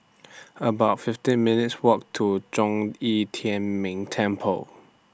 about fifty minutes' Walk to Zhong Yi Tian Ming Temple